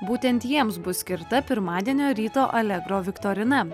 būtent jiems bus skirta pirmadienio ryto allegro viktorina